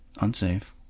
Unsafe